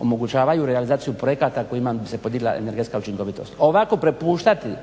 omogućavaju realizaciju projekata kojima bi se podigla energetska učinkovitost. Ovako prepuštati